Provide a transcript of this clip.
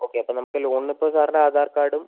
okay അപ്പം നമുക്ക് ലോണിന് ഇപ്പം സാറിൻ്റ ആധാർ കാർഡും